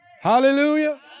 Hallelujah